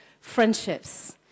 friendships